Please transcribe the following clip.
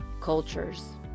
cultures